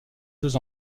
deux